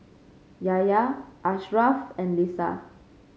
Yahya Ashraff and Lisa